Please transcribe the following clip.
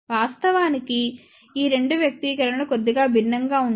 వాస్తవానికి ఈ 2 వ్యక్తీకరణలు కొద్దిగా భిన్నంగా ఉంటాయి